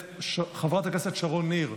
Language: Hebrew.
חברת הכנסת שרון ניר,